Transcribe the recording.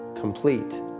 complete